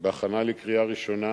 בהכנה לקריאה ראשונה,